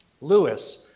Lewis